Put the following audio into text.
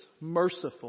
merciful